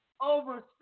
over